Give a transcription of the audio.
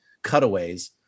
cutaways